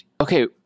okay